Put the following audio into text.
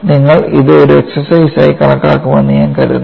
നിങ്ങൾ ഇത് ഒരു എക്സർസൈസ് ആയി കണക്കാക്കണമെന്ന് ഞാൻ കരുതുന്നു